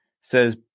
says